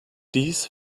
dies